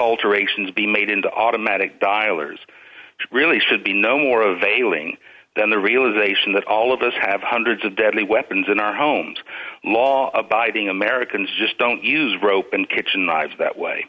alterations be made into automatic dialers really should be no more of a feeling than the realization that all of us have hundreds of deadly weapons in our homes law abiding americans just don't use rope and kitchen knives that way